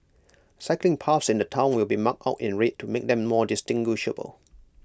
cycling paths in the Town will be marked out in red to make them more distinguishable